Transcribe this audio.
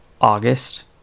August